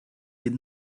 did